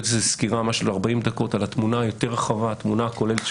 סקירה במשך 40 דקות שתיתן תמונה יותר רחבה וכוללת.